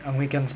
ang wei kiang's